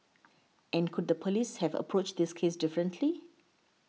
and could the police have approached this case differently